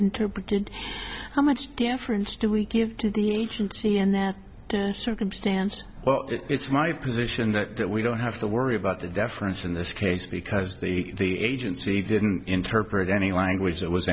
interpreted how much difference do we give to the agency in that circumstance well it's my position that we don't have to worry about the deference in this case because the agency didn't interpret any language that was